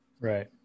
Right